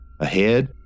Ahead